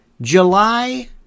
July